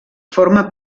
forma